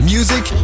Music